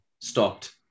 stopped